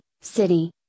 city